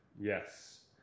Yes